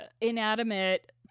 inanimate